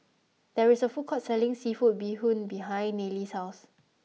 there is a food court selling seafood bee hoon behind Nayely's house